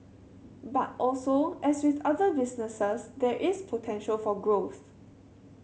but also as with other businesses there is potential for growth